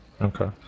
Okay